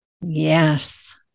Yes